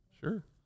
Sure